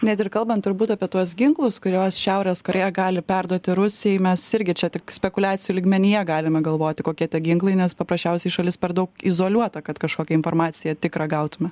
net ir kalbant turbūt apie tuos ginklus kuriuos šiaurės korėja gali perduoti rusijai mes irgi čia tik spekuliacijų lygmenyje galime galvoti kokie tie ginklai nes paprasčiausiai šalis per daug izoliuota kad kažkokią informaciją tikrą gautume